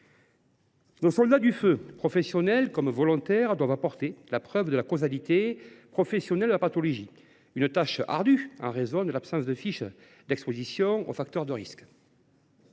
Nos soldats du feu, professionnels comme volontaires, doivent apporter la preuve de la causalité professionnelle de la pathologie, une tâche ardue en raison de l’absence de fiches d’exposition aux facteurs de risque.